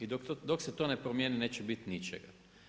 I dok se to ne promijeni neće biti ničega.